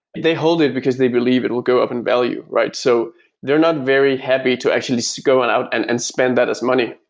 they hold it because they believe it will go up in value, right? so they're not very happy to actually so go on out and and spend that as money,